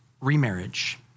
Remarriage